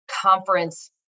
conference